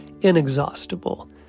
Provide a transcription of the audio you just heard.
inexhaustible